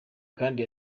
kandi